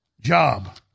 job